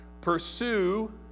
pursue